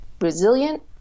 resilient